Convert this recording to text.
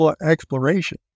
exploration